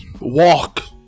Walk